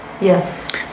yes